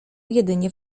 jedynie